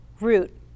root